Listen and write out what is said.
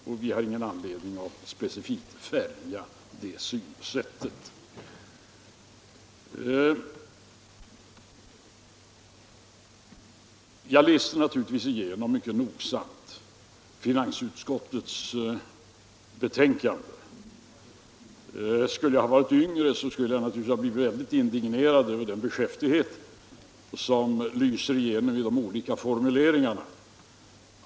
Jag har naturligtvis läst igenom finansutskottets betänkande mycket noggrant. Om jag hade varit yngre skulle jag ha blivit väldigt indignerad över den beskäftighet som lyser igenom i de olika formuleringarna.